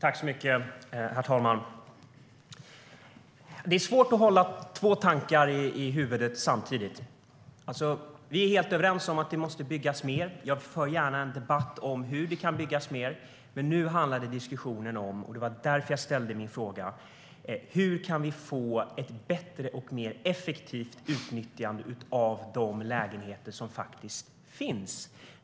Herr talman! Det är svårt att hålla två tankar i huvudet samtidigt. Vi är helt överens om att det måste byggas mer. Jag för gärna en debatt om det, men nu handlar diskussionen om hur vi kan få ett bättre och mer effektivt utnyttjande av de lägenheter som faktiskt finns.